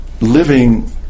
living